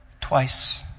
twice